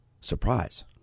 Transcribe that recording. Surprise